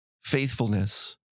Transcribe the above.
faithfulness